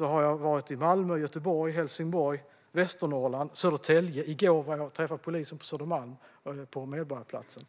har jag varit i Malmö, Göteborg, Helsingborg, Västernorrland och Södertälje. I går träffade jag polisen på Södermalm, på Medborgarplatsen.